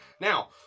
now